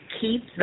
keep